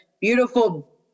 beautiful